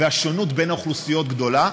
והשונות בין האוכלוסיות גדולה.